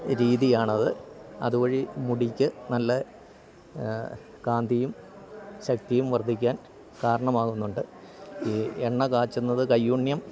രീതിയാണത് അതുവഴി മുടിക്കു നല്ല കാന്തിയും ശക്തിയും വർധിക്കാൻ കാരണമാകുന്നുണ്ട് ഈ എണ്ണ കാച്ചുന്നത് കയ്യൂണ്യം